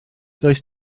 does